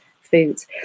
foods